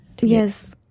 Yes